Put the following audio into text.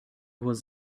was